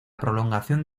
prolongación